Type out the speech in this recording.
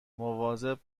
مواظب